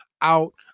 out